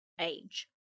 age